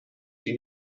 die